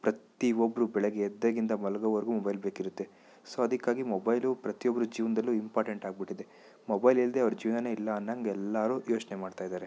ಪ್ರತಿಯೊಬ್ರು ಬೆಳಿಗ್ಗೆ ಎದ್ದಾಗಿಂದ ಮಲಗೋವರ್ಗು ಮೊಬೈಲ್ ಬೇಕಿರುತ್ತೆ ಸೊ ಅದಕ್ಕಾಗಿ ಮೊಬೈಲು ಪ್ರತಿಯೊಬ್ರ ಜೀವನದಲ್ಲು ಇಂಪಾಟೆಂಟ್ ಆಗಿಬಿಟ್ಟಿದೆ ಮೊಬೈಲ್ ಇಲ್ಲದೇ ಅವ್ರ ಜೀವ್ನವೇ ಇಲ್ಲ ಅನ್ನೊಂಗೆ ಎಲ್ಲರೂ ಯೋಚನೆ ಮಾಡ್ತಾಯಿದ್ದಾರೆ